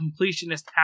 completionist